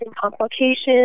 complications